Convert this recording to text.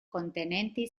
contenenti